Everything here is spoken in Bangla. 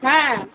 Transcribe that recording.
হ্যাঁ